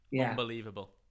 Unbelievable